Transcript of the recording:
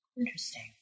Interesting